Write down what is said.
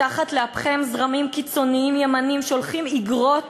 מתחת לאפכם זרמים קיצוניים ימניים שולחים איגרות